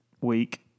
Week